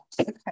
Okay